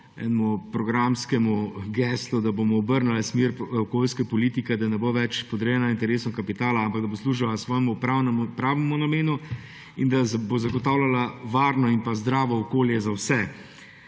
sledimo programskemu geslu, da bomo obrnili smer okoljske politike, da ne bo več podrejena interesom kapitala, ampak da bo služila svojemu pravemu namenu in bo zagotavljala varno in zdravo okolje za vse.